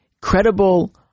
credible